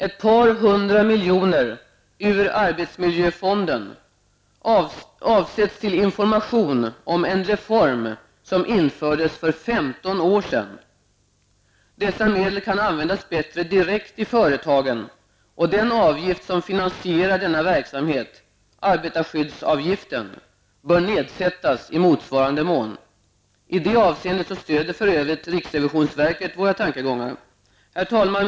Ett par hundra miljoner kronor ur arbetsmiljöfonden avsätts till information om en reform som infördes för 15 år sedan! Dessa medel kan användas bättre direkt i företagen. Den avgift som finansierar denna verksamhet -- arbetarskyddsavgiften -- bör nedsättas i motsvarande mån. I det avseendet stöder för övrigt riksrevisionsverket våra tankegångar. Herr talman!